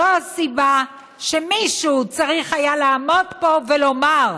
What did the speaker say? זו הסיבה שמישהו צריך היה לעמוד פה ולומר: